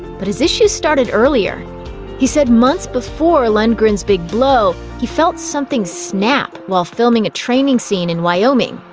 but his issues started earlier he said months before lundgren's big blow, he felt something snap while filming a training scene in wyoming.